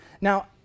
Now